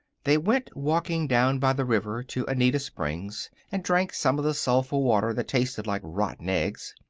they went walking down by the river to oneida springs, and drank some of the sulphur water that tasted like rotten eggs.